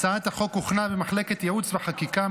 הצעת החוק הוכנה במחלקת ייעוץ וחקיקה,